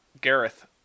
Gareth